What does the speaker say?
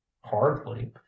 hardly